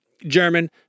german